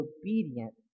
obedient